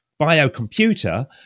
biocomputer